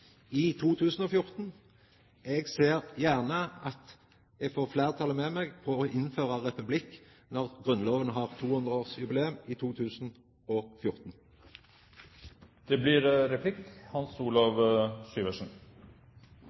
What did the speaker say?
i 2014. Eg ser gjerne at eg får fleirtalet med meg på innføra republikk når Grunnlova har